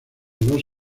dos